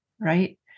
Right